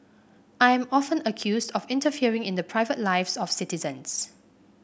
I'm often accused of interfering in the private lives of citizens